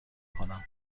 کنم